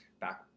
back